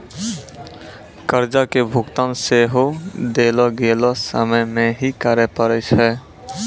कर्जा के भुगतान सेहो देलो गेलो समय मे ही करे पड़ै छै